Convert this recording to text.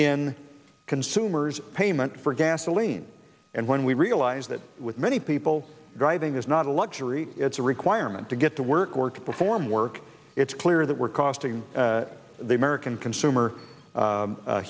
in consumers payment for gasoline and when we realize that with many people driving is not a luxury it's a requirement to get to work or to perform work it's clear that we're costing the american consumer